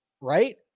right